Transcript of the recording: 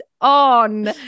on